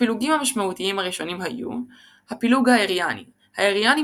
הפילוגים המשמעותיים הראשונים היו הפילוג האריאני האריאנים